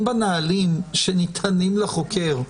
אם בנהלים שניתנים לחוקר,